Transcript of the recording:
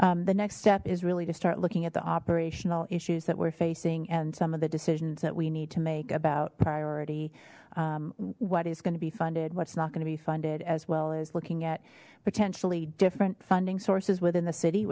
recommendations the next step is really to start looking at the operational issues that we're facing and some of the decisions that we need to make about priority what is going to be funded what's not going to be funded as well as looking at potentially different funding sources within the city